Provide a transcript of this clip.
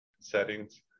settings